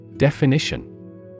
Definition